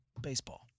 baseball